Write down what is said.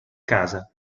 casa